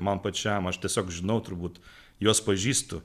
man pačiam aš tiesiog žinau turbūt juos pažįstu